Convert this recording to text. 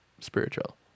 spiritual